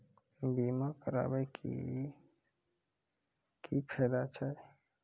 बीमा कराबै के की फायदा छै?